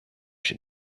she